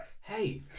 Hey